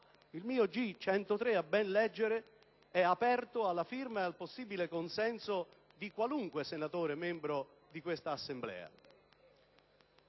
giorno G103, a ben leggere, è aperto alla firma e al possibile consenso di qualunque senatore membro di questa Assemblea.